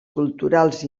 culturals